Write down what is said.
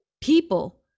people